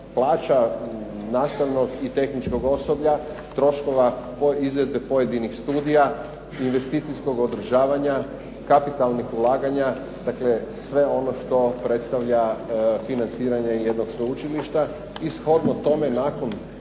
plaća nastavnog i tehničkog osoblja, troškova izvedbe pojedinih studija, investicijskog održavanja, kapitalnih ulaganja. Dakle, sve ono što predstavlja financiranje jednog sveučilišta i shodno tome nakon